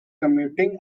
commuting